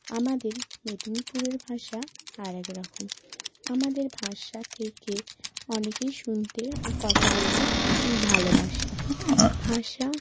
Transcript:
আমাদের মেদিনীপুরের ভাষা আর এক রকম আমাদের ভাষা থেকে অনেকেই শুনতে ও কথা বলতে ভালোবাসে ভাষা